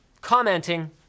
commenting